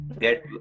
get